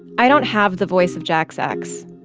i don't have the voice of jack's ex,